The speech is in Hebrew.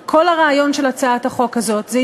ובעצם מכריחים את הנחקר לתת את ההודאה הזו.